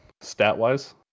stat-wise